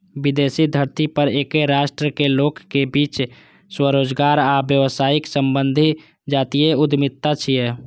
विदेशी धरती पर एके राष्ट्रक लोकक बीच स्वरोजगार आ व्यावसायिक संबंध जातीय उद्यमिता छियै